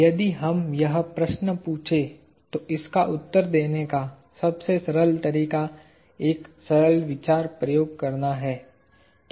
यदि हम यह प्रश्न पूछें तो इसका उत्तर देने का सबसे सरल तरीका एक सरल विचार प्रयोग करना है